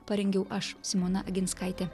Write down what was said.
parengiau aš simona oginskaitė